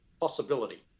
possibility